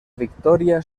victòria